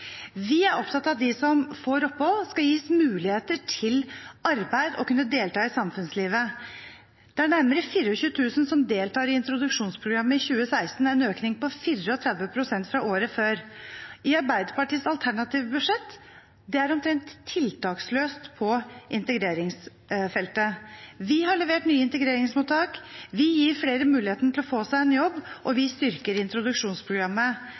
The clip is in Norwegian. Vi er opptatt av at de som får opphold, skal gis muligheter til arbeid og til å kunne delta i samfunnslivet. Det var nærmere 24 000 som deltok i introduksjonsprogrammet i 2016 – en økning på 34 pst. fra året før. Arbeiderpartiets alternative budsjett er omtrent tiltaksløst på integreringsfeltet. Vi har levert nye integreringsmottak, vi gir flere muligheten til å få seg en jobb, og vi styrker introduksjonsprogrammet.